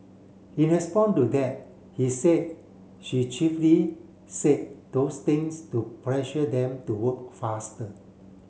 in respond to that he said she chiefly said those things to pressure them to work faster